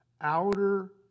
outer